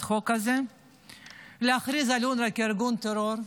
החוק הזאת ולהכריז על אונר"א כארגון טרור,